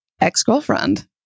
ex-girlfriend